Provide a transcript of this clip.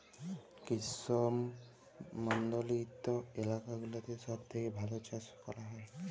গ্রীস্মমন্ডলিত এলাকা গুলাতে সব থেক্যে ভাল চাস ক্যরা হ্যয়